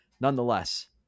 Nonetheless